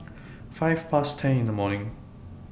five Past ten in The morning